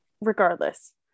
Regardless